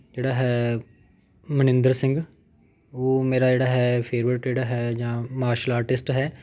ਜਿਹੜਾ ਹੈ ਮਨਿੰਦਰ ਸਿੰਘ ਉਹ ਮੇਰਾ ਜਿਹੜਾ ਹੈ ਫੇਵਰਟ ਜਿਹੜਾ ਹੈ ਜਾਂ ਮਾਰਸ਼ਲ ਆਰਟਿਸਟ ਹੈ